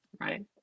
Right